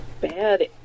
bad